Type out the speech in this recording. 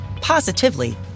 positively